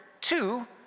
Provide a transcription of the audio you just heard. two